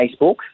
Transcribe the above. Facebook